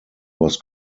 was